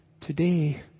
today